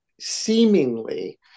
seemingly